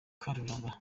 karuranga